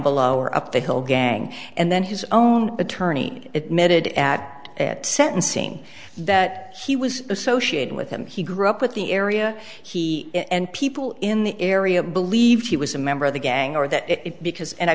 below or up the hill gang and then his own attorney it mid at sentencing that he was associated with him he grew up with the area he and people in the area believe he was a member of the gang or that it because